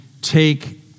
take